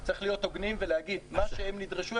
צריך להיות הוגנים ולהגיד שמה שהם נדרשו,